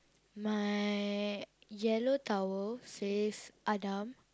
my yellow towel says Adam